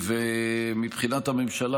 מבחינת הממשלה,